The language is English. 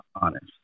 honest